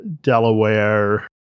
Delaware